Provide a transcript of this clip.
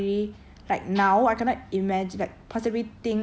then you buy one book get one book free so like that's a good thing so like I cannot really